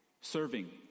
serving